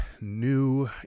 new